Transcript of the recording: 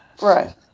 right